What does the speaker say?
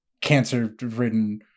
cancer-ridden